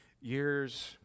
years